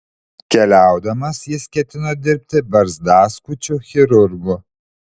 keliaudamas jis ketino dirbti barzdaskučiu chirurgu